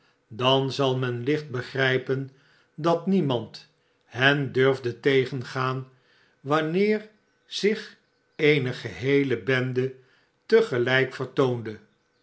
dan zal men licht begrijpen dat niemand hen durfde tegengaan wanneer zich eene geheele bende te gelijk vertoonde